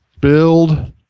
build